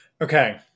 okay